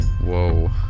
whoa